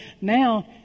Now